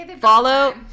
follow